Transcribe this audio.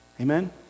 Amen